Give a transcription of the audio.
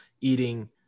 eating